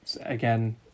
Again